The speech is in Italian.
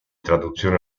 traduzione